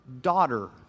daughter